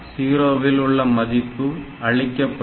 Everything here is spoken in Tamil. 0 இல் உள்ள மதிப்பு அழிக்கப்படும்